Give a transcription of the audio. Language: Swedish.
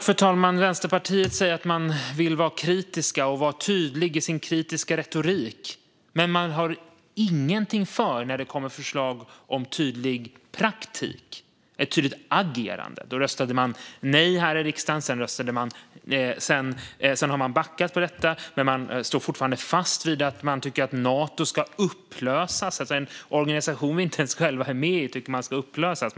Fru talman! Vänsterpartiet säger att man vill vara kritisk och tydlig i sin retorik. Men man har inget till övers för förslag om tydlig praktik och ett tydligt agerande. Då röstade man nej här i riksdagen. Sedan har man backat från detta, men man står fortfarande fast vid att man tycker att Nato ska upplösas. En organisation som vi inte ens själva är med i tycker man alltså ska upplösas.